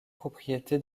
propriété